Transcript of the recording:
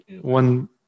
one